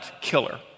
killer